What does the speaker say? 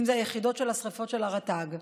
אם אלו יחידות השרפות של הרט"ג,